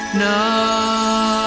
now